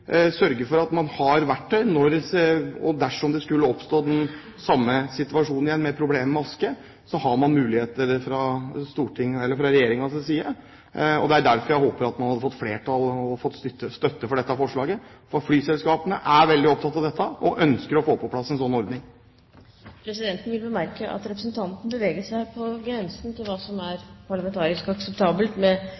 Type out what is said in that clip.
sørge for at man fra Regjeringens side har verktøy når, og dersom, den samme situasjonen med problemer med aske skulle oppstå igjen. Derfor håper jeg at man får flertall for og støtte til dette forslaget fordi flyselskapene er veldig opptatt av dette og ønsker å få på plass en slik ordning. Presidenten vil bemerke at representanten beveger seg på grensen til hva som er